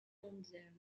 mondiale